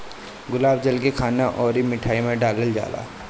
गुलाब जल के खाना अउरी मिठाई में डालल जाला